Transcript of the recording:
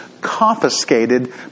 confiscated